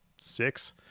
six